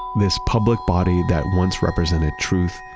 this public body that once represented truth,